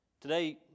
Today